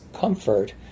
comfort